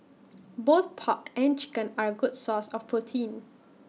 both pork and chicken are A good source of protein